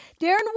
Darren